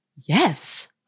yes